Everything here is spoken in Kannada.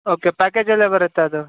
ಓಕೆ ಪ್ಯಾಕೇಜಲ್ಲೆ ಬರುತ್ತಾ ಅದು